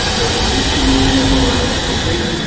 there's eighteen million of them around the country,